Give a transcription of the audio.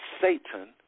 Satan